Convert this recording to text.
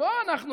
לא אנחנו,